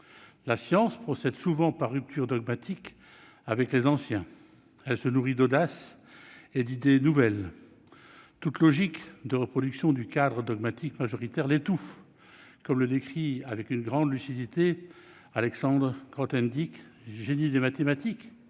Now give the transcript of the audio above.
La science procède souvent par rupture dogmatique avec les anciens. Elle se nourrit d'audace et d'idées nouvelles. Toute logique de reproduction du cadre dogmatique majoritaire l'étouffe, comme le décrit avec une grande lucidité Alexandre Grothendieck, génie des mathématiques,